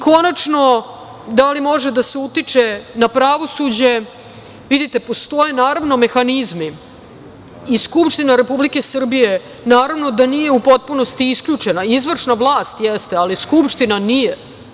Konačno, da li može da se utiče na pravosuđe, vidite postoje mehanizmi i Skupština Republike Srbije naravno da nije u potpunosti isključena, izvršna vlast jeste, ali Skupština nije.